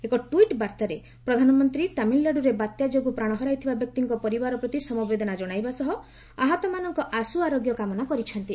ଏକ ଟୁଇଟ୍ ବାର୍ତ୍ତାରେ ପ୍ରଧାନମନ୍ତ୍ରୀ ତାମିଲନାଡ଼ୁରେ ବାତ୍ୟାଯୋଗୁଁ ପ୍ରାଣ ହରାଇଥିବା ବ୍ୟକ୍ତିଙ୍କ ପରିବାର ପ୍ରତି ସମବେଦନା ଜଣାଇବା ସହ ଆହତମାନଙ୍କ ଆଶୁ ଆରୋଗ୍ୟ କାମନା କରିଚ୍ଛନ୍ତି